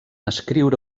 escriure